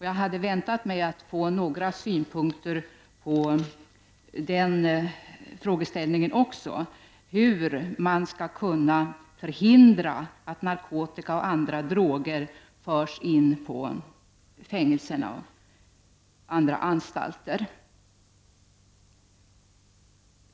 Jag hade väntat mig att få några synpunkter även på frågan om hur man skall kunna förhindra att narkotika och andra droger förs in på fängelser och andra anstalter.